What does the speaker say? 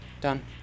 Done